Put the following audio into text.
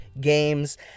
games